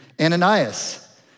Ananias